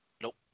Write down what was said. Nope